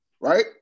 Right